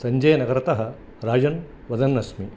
सञ्जयनगरतः राजन् वदन्नस्मि